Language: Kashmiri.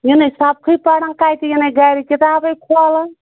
یِنَے سَبقٕے پَران کَتہِ یِنَے گَرِ کِتابٕے کھولان